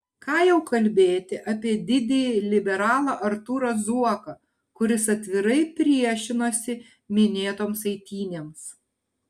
ką jau kalbėti apie didįjį liberalą artūrą zuoką kuris atvirai priešinosi minėtoms eitynėms